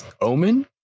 Omen